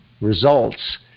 results